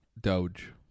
doge